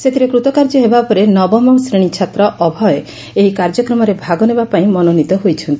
ସେଥିରେ କୃତକାଯ୍ୟ ହେବା ପରେ ନବମ ଶ୍ରେଶୀ ଛାତ୍ର ଏହି କାର୍ଯ୍ୟକ୍ରମରେ ଭାଗ ନେବା ପାଇଁ ମନୋନୀତ ହୋଇଛନ୍ତି